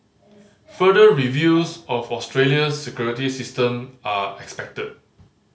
further reviews of Australia's security system are expected